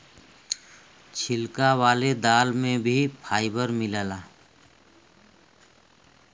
छिलका वाले दाल में भी फाइबर मिलला